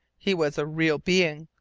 he was a real being!